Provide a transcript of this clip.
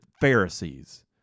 Pharisees